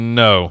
no